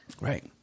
Right